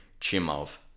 Chimov